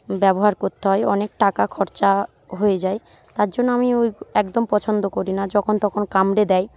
ব্যবহার করতে হয় অনেক টাকা খরচা হয়ে যায় তার জন্য আমি ওই একদম পছন্দ করি না যখন তখন কামড়ে দেয়